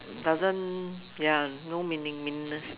doesn't ya no meaning meaningless